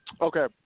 Okay